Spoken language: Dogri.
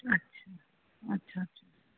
अच्छा अच्छा अच्छा